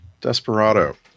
Desperado